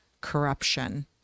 corruption